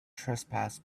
trespass